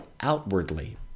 outwardly